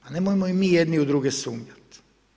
Pa nemojmo i mi jedni u druge sumnjati.